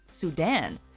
Sudan